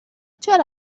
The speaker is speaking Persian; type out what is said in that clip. چرا